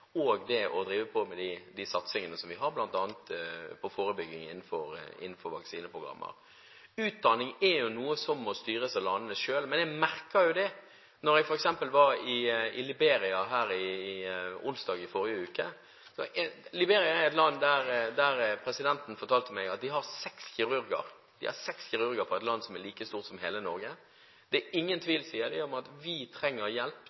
og det å drive med de satsingene som vi har, bl.a. på forebygging innenfor vaksineprogrammer. Utdanning er jo noe som må styres av landene selv. Men jeg merket meg jo da jeg f.eks. var i Liberia onsdag i forrige uke, at presidenten fortalte meg at de har seks kirurger i et land som er like stort som hele Norge. Det er ingen tvil om, sier de, at de trenger hjelp